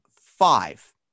five